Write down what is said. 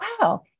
wow